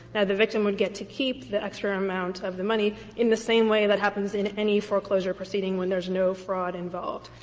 the victim would get to keep the extra amount of the money in the same way that happens in any foreclosure proceeding when there's no fraud involved.